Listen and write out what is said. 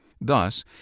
Thus